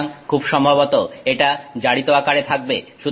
সুতরাং খুব সম্ভবত এটা জারিত আকারে থাকবে